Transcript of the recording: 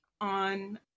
on